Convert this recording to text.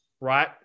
right